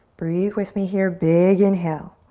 breathe with me here, big inhale.